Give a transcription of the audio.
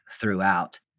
throughout